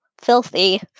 filthy